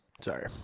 Sorry